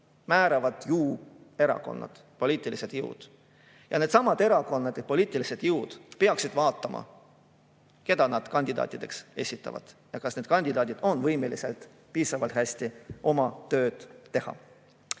määravad ju erakonnad, poliitilised jõud. Ja needsamad erakonnad, poliitilised jõud peaksid vaatama, keda nad kandidaatideks esitavad, kas need kandidaadid on võimelised piisavalt hästi oma tööd tegema.